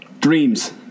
Dreams